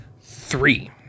Three